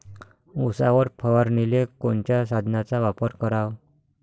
उसावर फवारनीले कोनच्या साधनाचा वापर कराव?